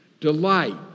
delight